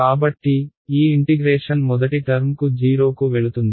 కాబట్టి ఈ ఇంటిగ్రేషన్ మొదటి టర్మ్కు 0 కు వెళుతుంది